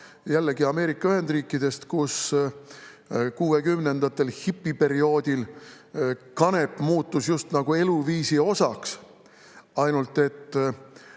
jällegi Ameerika Ühendriikidest, kus kuuekümnendatel hipiperioodil kanep muutus just nagu eluviisi osaks, ainult et